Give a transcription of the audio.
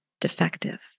defective